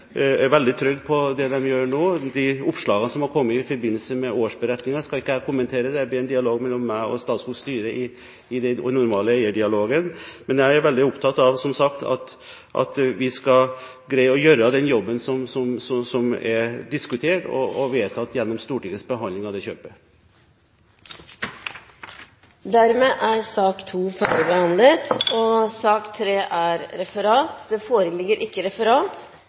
Jeg er veldig trygg på det de gjør nå. De oppslagene som har kommet i forbindelse med årsberetningen, skal ikke jeg kommentere – det blir en dialog mellom meg og Statskogs styre i den normale eierdialogen. Men jeg er, som sagt, veldig opptatt av at vi skal greie å gjøre den jobben som er diskutert og vedtatt gjennom Stortingets behandling av dette kjøpet. Dermed er sak nr. 2 ferdigbehandlet. Det foreligger ikke noe referat. Dermed er dagens kart ferdigbehandlet. Presidenten antar at det ikke